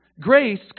Grace